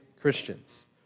Christians